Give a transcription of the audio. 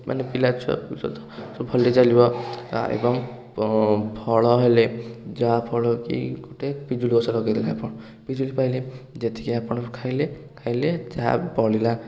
ମାନେ ପିଲା ଛୁଆ ଭବିଷ୍ୟତ ସବୁ ଭଲରେ ଚାଲିବ ଏବଂ ଫଳ ହେଲେ ଯାହା ଫଳ କି ଗୋଟେ ପିଜୁଳି ଗଛ ଲଗେଇଦେଲେ ଆପଣ ପିଜୁଳି ପାଇଲେ ଯେତିକି ଆପଣଙ୍କର ଖାଇଲେ ଖାଇଲେ ଯାହା ବଳିଲା